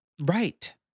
Right